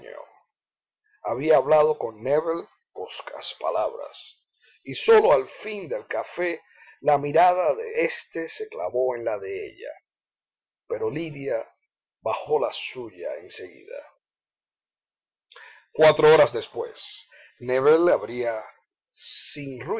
había hablado con nébel pocas palabras y sólo al fin del café la mirada de éste se clavó en la de ella pero lidia bajó la suya en seguida cuatro horas después nébel abría